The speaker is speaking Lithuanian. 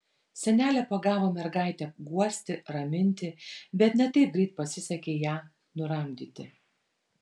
senelė pagavo mergaitę guosti raminti bet ne taip greit pasisekė ją nuramdyti